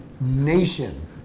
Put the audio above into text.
nation